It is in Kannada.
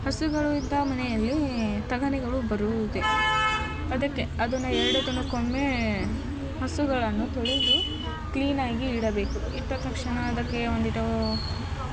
ಹಸುಗಳು ಇದ್ದ ಮನೆಯಲ್ಲಿ ತಗಣಿಗಳು ಬರುವುದಿಲ್ಲ ಅದಕ್ಕೆ ಅದನ್ನು ಎರಡು ದಿನಕ್ಕೊಮ್ಮೆ ಹಸುಗಳನ್ನು ತೊಳೆದು ಕ್ಲೀನ್ ಆಗಿ ಇಡಬೇಕು ಇಟ್ಟ ತಕ್ಷಣ ಅದಕ್ಕೆ ಒಂದಿಷ್ಟು